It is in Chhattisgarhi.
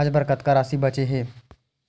आज बर कतका राशि बचे हे?